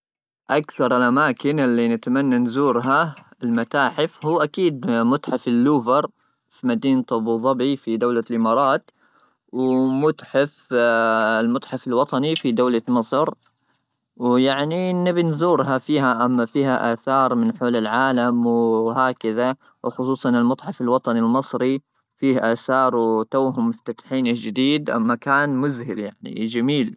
اكثر الاماكن اللي نتمنى نزورها المتاحف هو اكيد متحف اللوفر في مدينه ابوظبي في دوله الامارات ومتحف المتحف الوطني في دوله مصر ويعني نبي نزورها فيها اما فيها اثار من حول العالم وهكذا وخصوصا المتحف الوطني المصري فيه اثار توهم مفتوحين جديد ام مكان مذهل يعني جميل